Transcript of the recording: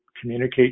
communicate